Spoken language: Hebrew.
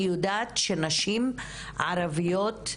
אני יודעת שנשים ערביות,